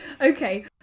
Okay